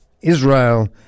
Israel